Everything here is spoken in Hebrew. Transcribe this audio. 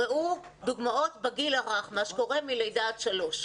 ראו דוגמאות בגיל הרך, מה שקורה מלידה עד שלוש.